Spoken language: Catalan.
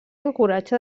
encoratja